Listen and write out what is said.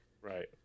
Right